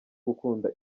gukunda